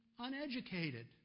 uneducated